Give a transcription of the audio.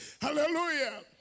Hallelujah